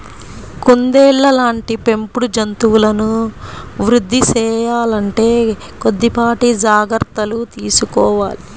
కుందేళ్ళ లాంటి పెంపుడు జంతువులను వృద్ధి సేయాలంటే కొద్దిపాటి జాగర్తలు తీసుకోవాలి